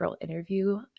interview